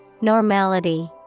normality